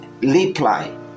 reply